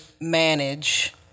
manage